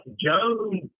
Jones